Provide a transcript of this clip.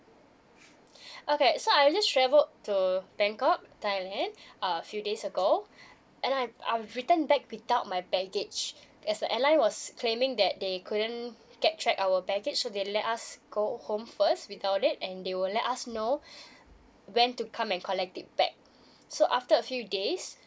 okay so I just travel to bangkok thailand a few days ago and I I've returned back without my baggage as the airline was claiming that they couldn't get track our baggage so they let us go home first without it and they will let us know when to come and collect it back so after a few days